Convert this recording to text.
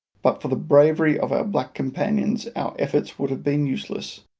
but for the bravery of our black companions our efforts would have been useless,